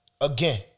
again